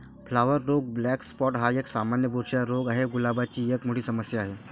flower रोग black spot हा एक, सामान्य बुरशीचा रोग आहे, गुलाबाची एक मोठी समस्या आहे